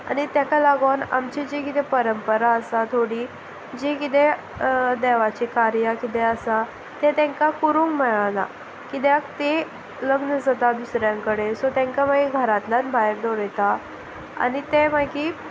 आनी ताका लागून आमची जी किदें परंपरा आसा थोडी जी किदें देवाचें कार्य किदें आसा तें तांकां करूंक मेळना कित्याक ती लग्न जाता दुसऱ्यां कडेन सो तांकां मागीर घरांतल्यान भायर दवरिता आनी तें मागीर